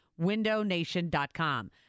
WindowNation.com